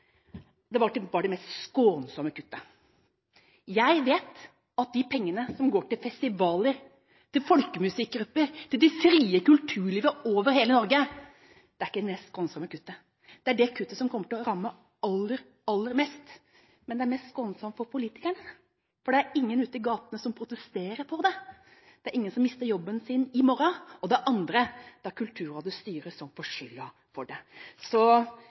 her, var at det var det mest skånsomme kuttet. Jeg vet at når det gjelder de pengene som går til festivaler, til folkemusikkgrupper og til det frie kulturlivet over hele Norge, er ikke det det mest skånsomme kuttet. Det er det kuttet som kommer til å ramme aller, aller mest. Men det er mest skånsomt for politikerne, for det er ingen ute i gatene som protesterer på det, og det er ingen som mister jobben sin i morgen. For det andre er det er Kulturrådets styre som får skylden for det.